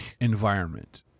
environment